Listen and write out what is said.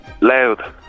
Loud